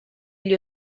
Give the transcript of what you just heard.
gli